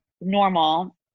normal